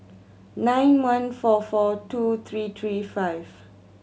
nine one four four two three three five